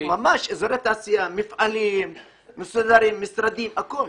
מפעלים מסודרים, משרדים, הכול.